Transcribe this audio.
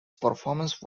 performance